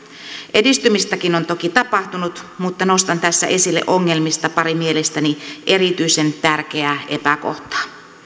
edistymistäkin on toki tapahtunut mutta nostan tässä esille ongelmista pari mielestäni erityisen tärkeää epäkohtaa